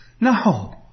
No